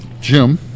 Jim